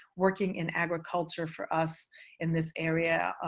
working in agriculture for us in this area,